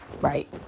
right